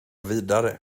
vidare